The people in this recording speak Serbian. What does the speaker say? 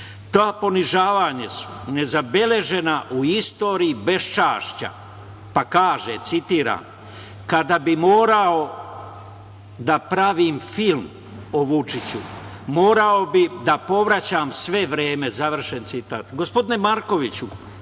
Ta ponižavanja su nezabeležena u istoriji beščašća, pa kaže, citiram: „Kada bi morao da pravim film o Vučiću, morao bih da povraćam sve vreme.“, završen citat. Gospodine Markoviću,